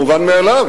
דבר שהוא מובן מאליו.